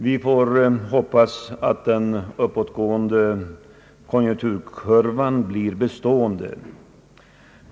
Vi får hoppas att den uppåtgående konjunkturkurvan blir bestående.